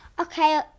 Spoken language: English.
okay